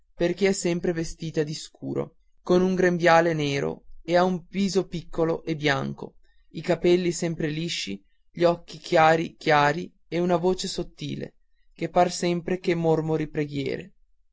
perché è sempre vestita di scuro con un grembiale nero e ha un viso piccolo e bianco i capelli sempre lisci gli occhi chiari chiari e una voce sottile che par sempre che mormori preghiere